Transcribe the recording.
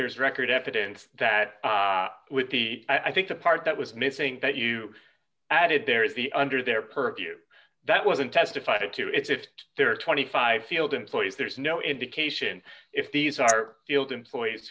there's record evidence that with the i think the part that was missing that you added there is the under their purview that wasn't testified to is if there are twenty five sealed employees there's no indication if these are field employees